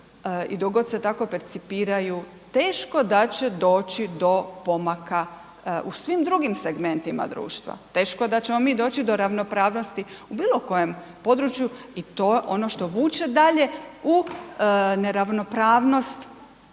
i dok god se tako percipiraju teško da će doći do pomaka u svim drugim segmentima društva. Teško da ćemo mi doći do ravnopravnosti u bilo kojem području i to je ono što vuče dalje u neravnopravnost